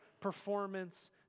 performance